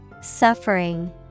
Suffering